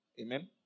Amen